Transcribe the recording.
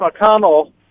McConnell